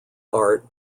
art